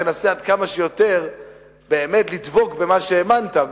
תנסה עד כמה שיותר באמת לדבוק במה שהאמנת.